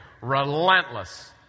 Relentless